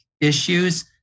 issues